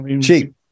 Cheap